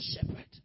shepherd